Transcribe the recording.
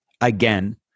again